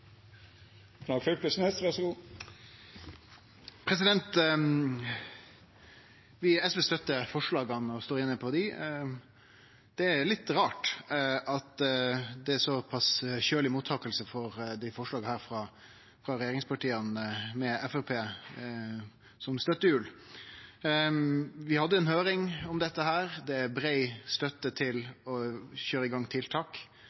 Vi i SV støttar forslaget og står inne på det. Det er litt rart at det er såpass kjøleg mottaking for dette forslaget frå regjeringspartia med Framstegspartiet som støttehjul. Vi hadde ei høyring om dette. Det er brei støtte til å køyre i gang tiltak.